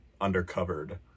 undercovered